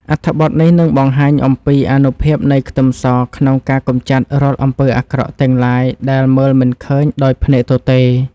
អត្ថបទនេះនឹងបង្ហាញអំពីអានុភាពនៃខ្ទឹមសក្នុងការកម្ចាត់រាល់អំពើអាក្រក់ទាំងឡាយដែលមើលមិនឃើញដោយភ្នែកទទេ។